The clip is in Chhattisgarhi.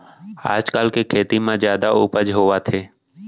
आजकाल के खेती म जादा उपज होवत हे